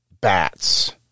bats